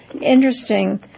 Interesting